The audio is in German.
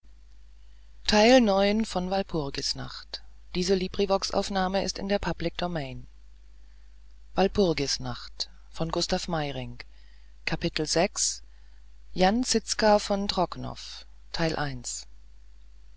jan zizka von trocnov